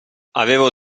avevo